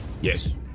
Yes